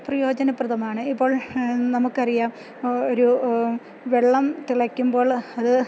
പ്രയോജനപ്രദമാണ് ഇപ്പോൾ നമുക്കറിയാം ഒരു വെള്ളം തിളക്കുമ്പോൾ അത്